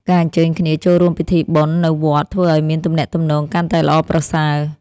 ការអញ្ជើញគ្នាចូលរួមពិធីបុណ្យនៅវត្តធ្វើឱ្យមានទំនាក់ទំនងកាន់តែល្អប្រសើរ។